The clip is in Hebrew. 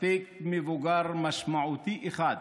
מספיק מבוגר משמעותי אחד